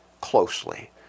closely